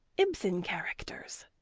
ibsen characters.